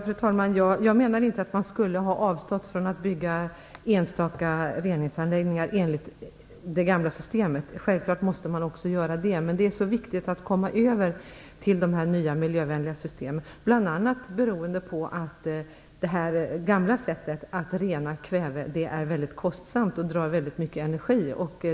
Fru talman! Jag menar inte att man skulle ha avstått från att bygga enstaka reningsanläggningar enligt det gamla systemet. Självfallet måste man också göra det. Men det är så viktigt att komma över till de nya miljövänliga systemen, bl.a. beroende på att det gamla sättet att rena kväve är väldigt kostsamt och drar väldigt mycket energi.